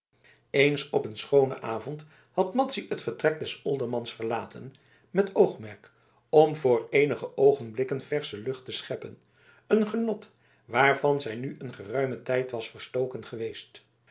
eens op een schoonen avond had madzy het vertrek des oldermans verlaten met oogmerk om voor eenige oogenblikken versche lucht te scheppen een genot waarvan zij nu een geruimen tijd was verstoken geweest